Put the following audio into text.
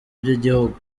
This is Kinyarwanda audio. by’igihugu